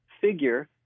figure